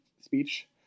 speech